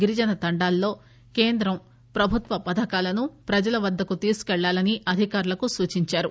గిరిజన తండాల్లో కేంద్రం ప్రబుత్వ పథకాలను ప్రజల వద్దకు తీసుకు పెళ్లాలని అధికారులకు సూచించారు